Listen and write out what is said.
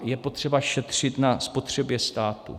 Je potřeba šetřit na spotřebě státu.